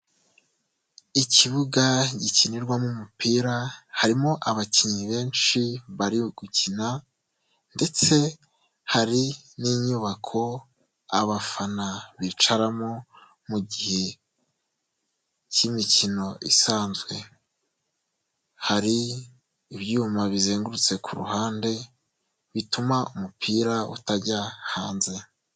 Ikibuga gikinirwamo umupira, harimo abakinnyi benshi bari gukina ndetse hari n'inyubako abafana bicaramo mu gihe cy'imikino isanzwe, hari ibyuma bizengurutse ku ruhande, bituma umupira utajya hanze.